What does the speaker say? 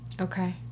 Okay